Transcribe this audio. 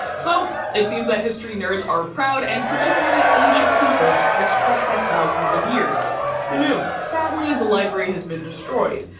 so it seems that history nerds are a proud and particularly ancient people that stretch back thousands of years. who knew? sadly, the library has been destroyed.